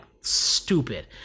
stupid